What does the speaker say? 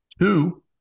Two